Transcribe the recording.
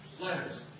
letters